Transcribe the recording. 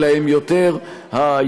אלא הם יותר הידע,